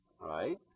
right